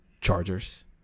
chargers